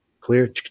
clear